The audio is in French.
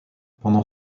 pendant